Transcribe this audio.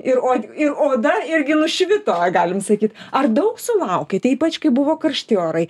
ir o ir oda irgi nušvito galim sakyt ar daug sulaukėte ypač kai buvo karšti orai